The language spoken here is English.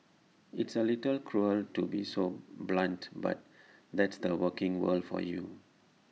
it's A little cruel to be so blunt but that's the working world for you